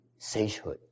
sagehood